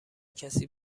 کسی